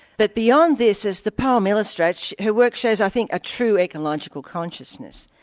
but beyond this, as the poem illustrates, her work shows i think a true ecological consciousness.